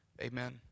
Amen